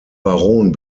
baron